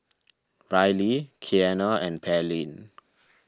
Ryleigh Kiana and Pearline